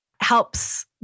helps